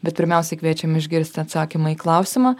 bet pirmiausia kviečiam išgirsti atsakymą į klausimą